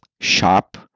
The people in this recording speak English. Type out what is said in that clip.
sharp